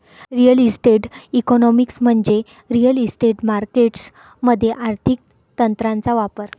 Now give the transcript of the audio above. real estate economics म्हणजे real estate markets मध्ये आर्थिक तंत्रांचा वापर